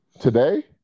Today